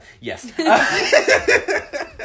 yes